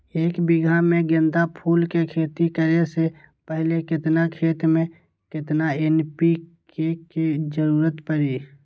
एक बीघा में गेंदा फूल के खेती करे से पहले केतना खेत में केतना एन.पी.के के जरूरत परी?